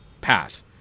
path